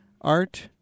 Art